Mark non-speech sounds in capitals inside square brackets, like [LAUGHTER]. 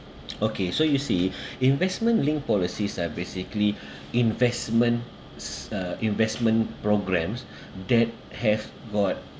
okay so you see [BREATH] investment linked policies are basically [BREATH] investment uh investment programs that have got